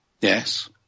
Yes